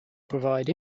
provide